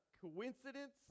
coincidence